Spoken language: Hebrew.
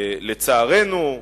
לצערנו,